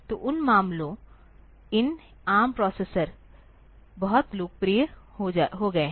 तो उन मामलों इन एआरएम प्रोसेसर बहुत लोकप्रिय हो गए हैं